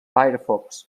firefox